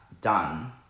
done